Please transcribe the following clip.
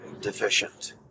deficient